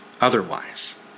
otherwise